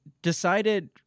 decided